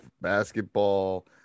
basketball